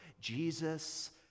Jesus